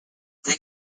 their